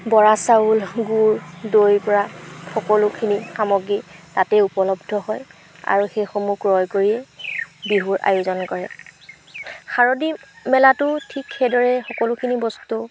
বৰা চাউল গুৰ দৈৰপৰা সকলোখিনি সামগ্ৰী তাতেই উপলব্ধ হয় আৰু সেইসমূহ ক্ৰয় কৰিয়েই বিহুৰ আয়োজন কৰে শাৰদী মেলাতো ঠিক সেইদৰে সকলোখিনি বস্তু